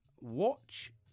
watch